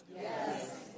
Yes